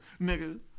nigga